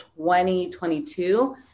2022